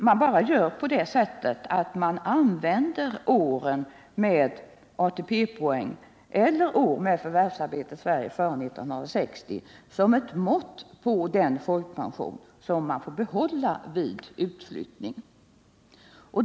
Man använder bara åren med ATP-poäng eller år med förvärvsarbete i Sverige före 1960 som ett mått på den folkpension som vederbörande får behålla vid utflyttning.